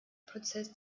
prozess